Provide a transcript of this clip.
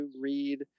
read